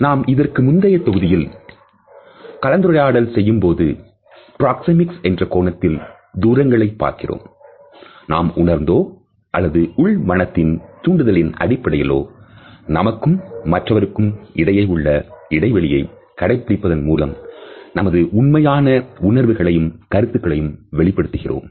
நாம் இதற்கு முந்தைய தொகுதியில் கலந்துரையாடல் செய்ததுபோல பிராக்சேமிக்ஸ் என்ற கோணத்தில் தூரங்களை பார்க்கிறோம் நாம் உணர்ந்தோ அல்லது உள்மனதில் தூண்டுதலின் அடிப்படையிலோ நமக்கும் மற்றவருக்கும் இடையே உள்ள இடைவெளியை கடைப்பிடிப்பதன் மூலமாக நமது உண்மை உணர்வுகளையும் கருத்துக்களையும் வெளிப்படுத்துகிறோம்